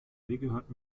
gehört